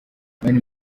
mani